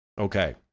okay